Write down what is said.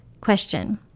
Question